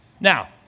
Now